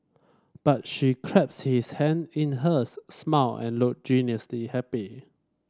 but she clasped his hand in hers smiled and looked genuinely happy